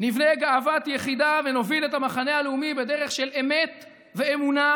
נבנה גאוות יחידה ונוביל את המחנה הלאומי בדרך של אמת ואמונה,